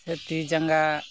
ᱥᱮ ᱛᱤ ᱡᱟᱸᱜᱟ